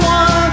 one